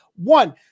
One